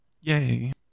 Yay